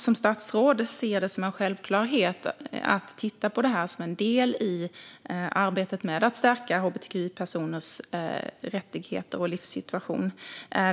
Som statsråd ser jag det som en självklarhet att titta på det som en del i arbetet med att stärka hbtqi-personers rättigheter och livssituation.